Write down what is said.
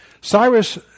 Cyrus